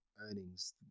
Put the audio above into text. earnings